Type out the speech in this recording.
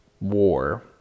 war